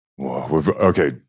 Okay